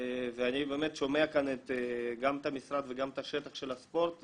אני שומע כאן גם את המשרד וגם את השטח של הספורט,